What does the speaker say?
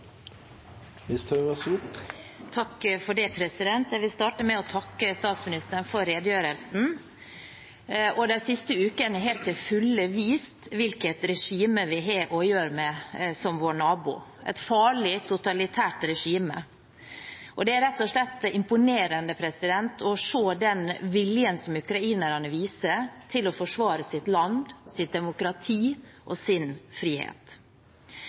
Jeg vil starte med å takke statsministeren for redegjørelsen. De siste ukene har til fulle vist hvilket regime, som er vår nabo, vi har å gjøre med: et farlig, totalitært regime. Det er rett og slett imponerende å se den viljen ukrainerne viser til å forsvare sitt land, sitt demokrati og sin frihet.